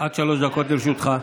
עד שלוש דקות לרשותך.